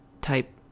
type